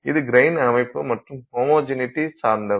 இது கிரைன் அமைப்பு மற்றும் ஹொமொஜினிட்டி சார்ந்தவை